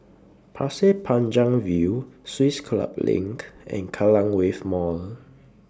Pasir Panjang View Swiss Club LINK and Kallang Wave Mall